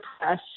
press